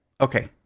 Okay